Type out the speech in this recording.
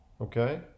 okay